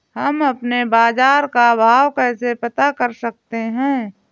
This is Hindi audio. हम अपने बाजार का भाव कैसे पता कर सकते है?